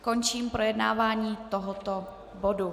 Končím projednávání tohoto bodu.